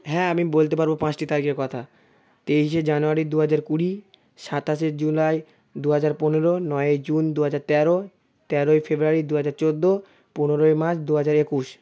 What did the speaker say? হ্যাঁ আমি বলতে পারব পাঁচটি তারিকের কথা তেইশে জানুয়ারি দু হাজার কুড়ি সাতাশে জুলাই দু হাজার পনেরো নয়েই জুন দু হাজার তেরো তেরোই ফেব্রুয়ারি দু হাজার চোদ্দো পনেরোই মার্চ দু হাজার একুশ